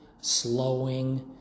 slowing